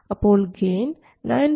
അപ്പോൾ ഗെയിൻ 9